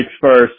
first